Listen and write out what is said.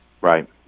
Right